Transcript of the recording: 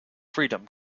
freedom